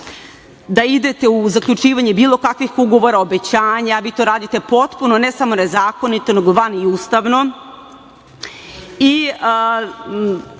da idete u zaključivanje bilo kakvih ugovora, obećanja, a vi to radite potpuno ne samo nezakonito nego i vanustavno. Želim